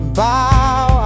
bow